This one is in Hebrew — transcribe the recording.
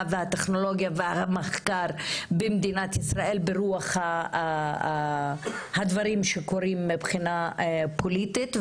והטכנולוגיה והמחקר במדינת ישראל ברוח הדברים שקורים מבחינה פוליטית.